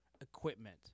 equipment